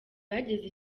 bageze